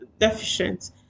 deficient